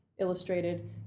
Illustrated